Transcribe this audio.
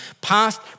past